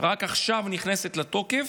רק עכשיו נכנסת לתוקף,